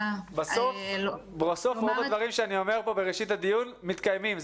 בסוף רוב הדברים שאני אומר כאן בראשית הדיון מתקיימים.